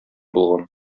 булган